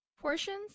Portions